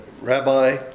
Rabbi